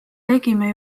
tegime